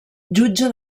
jutge